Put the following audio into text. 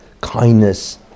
kindness